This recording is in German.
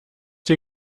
dir